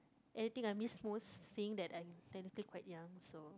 anything I miss most seeing that I'm technically quite young so